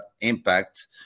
impact